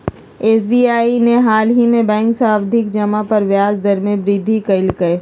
SBI ने हालही में बैंक सावधि जमा पर ब्याज दर में वृद्धि कइल्कय